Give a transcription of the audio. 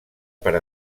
per